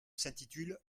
s’intitule